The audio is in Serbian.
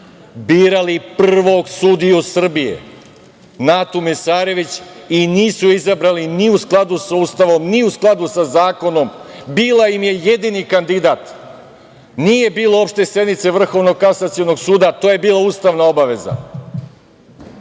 birali prvog sudiju Srbije, Natu Mesarević i nisu je izabrali ni u skladu sa Ustavom, ni u skladu sa zakonom. Bila ima je jedini kandidat. Nije bilo opšte sednice Vrhovnog kasacionog suda, a to je bila ustavna obaveza.